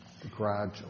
Gradual